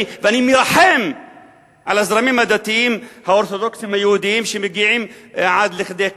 אני מרחם על הזרמים הדתיים האורתודוקסיים היהודיים שמגיעים עד לכדי כך,